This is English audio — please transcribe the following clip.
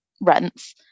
rents